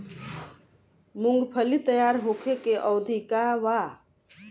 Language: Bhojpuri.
मूँगफली तैयार होखे के अवधि का वा?